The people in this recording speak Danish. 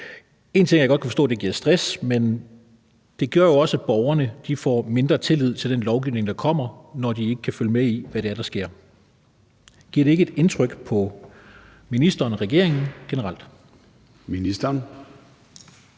Én ting er, at jeg godt kan forstå, at det giver stress, men det gør jo også, at borgerne får mindre tillid til den lovgivning, der kommer, når de ikke kan følge med i, hvad det er, der sker. Gør det ikke generelt indtryk på ministeren og regeringen? Kl.